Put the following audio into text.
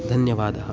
धन्यवादः